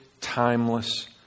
timeless